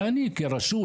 ואני, כרשות,